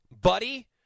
buddy